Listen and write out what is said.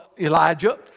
Elijah